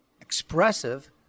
expressive